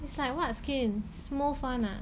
it's like what skin smooth one ah